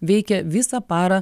veikia visą parą